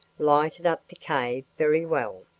lighted up the cave very well.